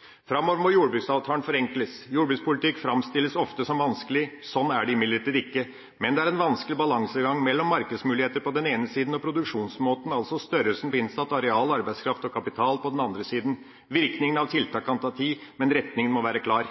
framover bygger på faktiske regnskaper. Framover må jordbruksavtalen forenkles. Jordbrukspolitikk framstilles ofte som vanskelig. Sånn er det imidlertid ikke. Men det er en vanskelig balansegang mellom markedsmuligheter på den ene sida og produksjonsmåten, altså størrelsen på innsatt areal, arbeidskraft og kapital, på den andre sida. Virkninga av tiltakene kan ta tid, men retninga må være klar.